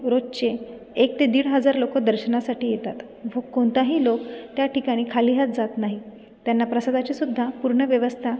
रोजचे एक ते दीड हजार लोक दर्शनासाठी येतात व कोणताही लोक त्या ठिकाणी खाली हात जात नाही त्यांना प्रसादाची सुद्धा पूर्ण व्यवस्था